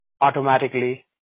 automatically